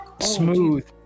Smooth